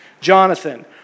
Jonathan